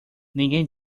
ninguém